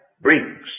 brings